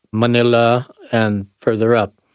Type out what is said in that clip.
manila and further up.